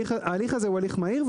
ההליך הזה הוא הליך מהיר,